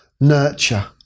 nurture